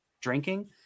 drinking